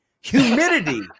Humidity